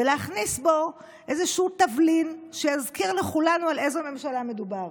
ולהכניס בו איזשהו תבלין שיזכיר לכולנו על איזו ממשלה מדובר.